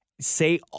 Say